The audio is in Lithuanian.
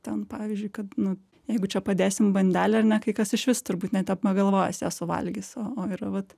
ten pavyzdžiui kad nu jeigu čia padėsim bandelę ar ne kai kas išvis turbūt net nepagalvojęs ją suvalgys o o yra vat